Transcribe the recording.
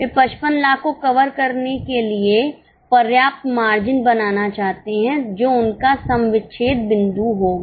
वे 55 लाख को कवर करने के लिए पर्याप्त मार्जिन बनाना चाहते हैं जो उनका सम विच्छेद बिंदु होगा